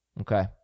Okay